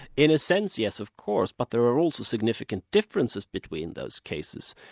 in a sense, yes of course, but there are also significant differences between those cases.